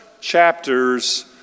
chapters